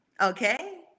okay